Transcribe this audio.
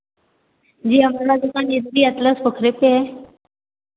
जी आपका रिफंड इसी एटलस